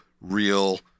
real